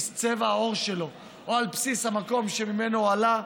צבע העור שלו או על בסיס המקום שממנו הוא עלה,